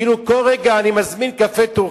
כאילו כל רגע אני מזמין קפה טורקי.